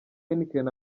heineken